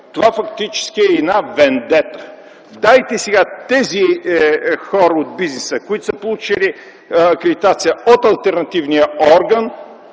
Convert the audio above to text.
това фактически е една вендета. Дайте сега, тези хора от бизнеса, които са получили акредитация от алтернативния орган